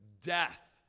death